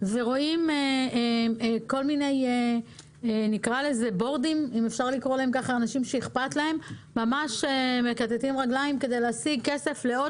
ורואים כל מיני אנשים שאכפת להם שמכתתים רגליים כדי להשיג כסף לעוד